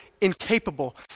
incapable